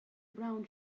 brown